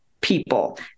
people